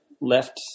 left